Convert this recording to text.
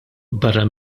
barra